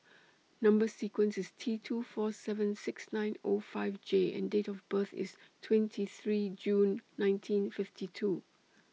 Number sequence IS T two four seven six nine O five J and Date of birth IS twenty three June nineteen fifty two